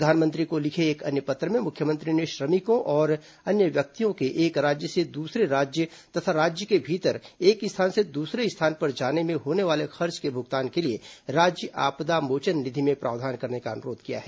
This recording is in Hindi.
प्रधानमंत्री को लिखे एक अन्य पत्र में मुख्यमंत्री ने श्रमिकों और अन्य व्यक्तियों के एक राज्य से दूसरे राज्य तथा राज्य के भीतर एक स्थान से दूसरे स्थान पर जाने में होने वाले खर्च के भुगतान के लिए राज्य आपदा निधि में प्रावधान करने का अनुरोध किया है